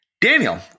Daniel